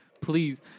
Please